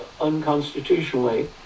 unconstitutionally